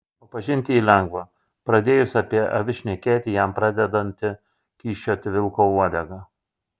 o pažinti jį lengva pradėjus apie avis šnekėti jam pradedanti kyščioti vilko uodega